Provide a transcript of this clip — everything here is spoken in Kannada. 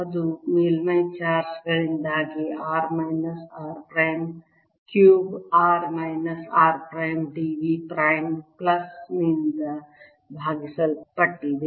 ಅದು ಮೇಲ್ಮೈ ಚಾರ್ಜ್ ಗಳಿಂದಾಗಿ r minus r prime cubed r minus r prime d v prime ಪ್ಲಸ್ನಿಂದ ಭಾಗಿಸಲ್ಪಟ್ಟಿದೆ